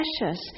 precious